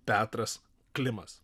petras klimas